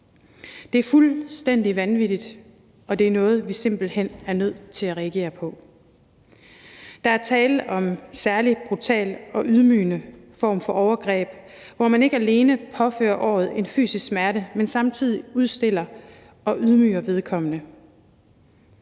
Det er fuldstændig vanvittigt, og det er noget, som vi simpelt hen er nødt til at reagere på. Der er tale om en særlig brutal og ydmygende form for overgreb, hvor man ikke alene påfører offeret en fysisk smerte, men man samtidig udstiller og ydmyger vedkommende,